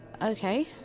Okay